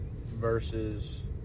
versus